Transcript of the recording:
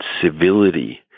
civility